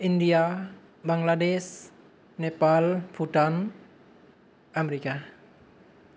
India Bangladesh Nepal Bhutan America